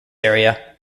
area